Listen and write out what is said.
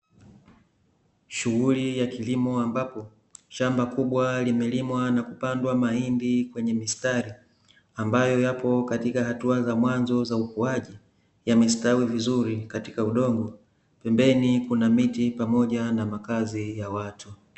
Shughuli ya kilimo ambapo shamba kubwa limelimwa na kupandwa mahindi kwenye mistari ambayo yapo katika hatua za mwanzo za ukuaji, yamestawi vizuri katika udongo. Pembeni kuna miti pamoja na makazi ya watu.